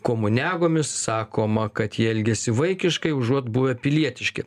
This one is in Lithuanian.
komunegomis sakoma kad jie elgiasi vaikiškai užuot buvę pilietiški